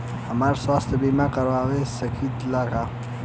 हम स्वास्थ्य बीमा करवा सकी ला?